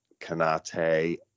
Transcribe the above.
Canate